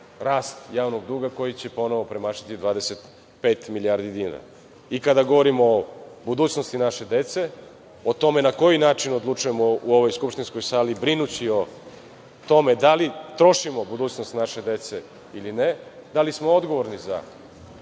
rast javnog duga koji će ponovo premašiti 25 milijardi dinara. Kada govorimo o budućnosti naše dece, o tome na koji način odlučujemo u ovoj skupštinskoj sali, brinući o tome da li trošimo budućnost naše dece ili ne, da li smo odgovorni za